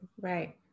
Right